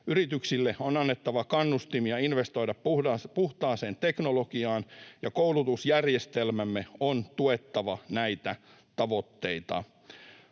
Yrityksille on annettava kannustimia investoida puhtaaseen teknologiaan, ja koulutusjärjestelmämme on tuettava näitä tavoitteita